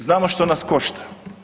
Znamo što nas košta.